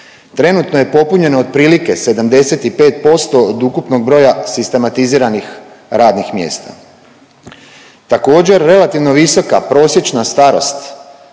Trenutno je popunjeno otprilike 75% od ukupnog broja sistematiziranih radnih mjesta. Također, relativno visoka prosječna starost